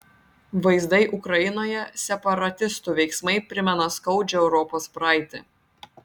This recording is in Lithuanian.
vaizdai ukrainoje separatistų veiksmai primena skaudžią europos praeitį